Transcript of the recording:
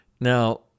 Now